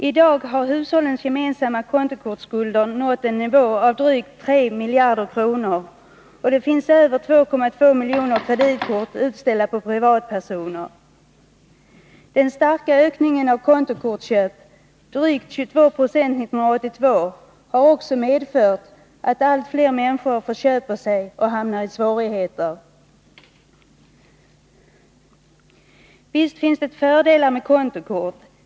I dag har hushållens gemensamma kontokortsskulder nått en nivå på drygt 3 miljarder kronor, och det finns över 2,2 miljoner kreditkort utställda på privatpersoner. Den starka ökningen av kontokortsköp, drygt 22 90 1982, har också medfört att allt fler människor förköper sig och hamnar i svårigheter. Visst finns det fördelar med kontokort.